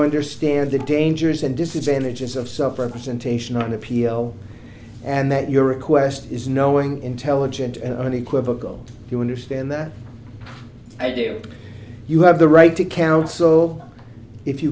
understand the dangers and disadvantages of supper presentation on appeal and that your request is knowing intelligent and unequivocal you understand that i do you have the right to counsel if you